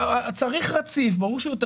אמרו שיש כאן